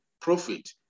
profit